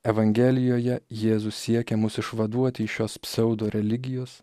evangelijoje jėzus siekia mus išvaduoti iš šios pseudo religijos